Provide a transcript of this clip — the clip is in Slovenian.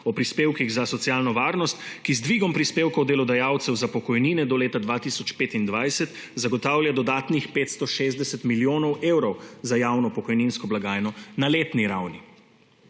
o prispevkih za socialno varnost, ki z dvigom prispevkov delodajalcev za pokojnine do leta 2025 zagotavlja dodatnih 560 milijonov evrov za javno pokojninsko blagajno na letni ravni.